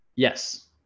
Yes